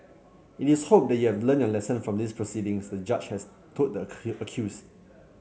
it is hoped that you have learnt your lesson from these proceedings the Judge has told the accused